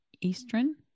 Eastern